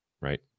right